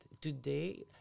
today